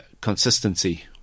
consistency